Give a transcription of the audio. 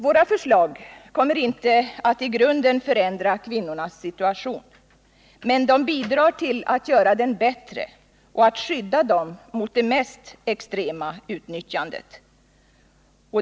Våra förslag kommer inte att i grunden förändra kvinnornas situation, men de bidrar till att göra den bättre och skydda dem mot det mest extrema utnyttjandet.